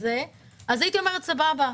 אז הייתי אומרת: סבבה,